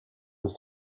was